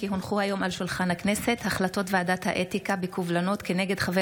כי הונחו היום על שולחן הכנסת החלטות ועדת האתיקה בקובלנות כנגד חבר